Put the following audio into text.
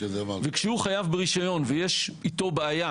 וכשהוא חייב ברישיון ויש איתו בעיה,